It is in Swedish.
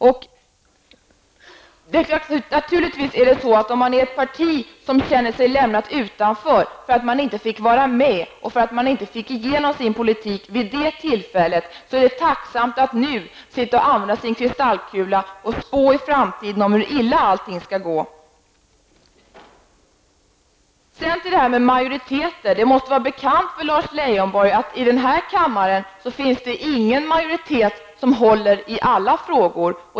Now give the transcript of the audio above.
Det är naturligtvis så att om man tillhör ett parti som känner sig lämnat utanför därför att man inte fick igenom sin politik vid det tillfället är det tacksamt att nu sitta och andas i en kristallkula och spå om hur illa allting skall gå i framtiden. När det gäller majoriteter måste det vara bekant för Lars Leijonborg att det i den här kammaren inte finns någon majoritet som håller i alla frågor.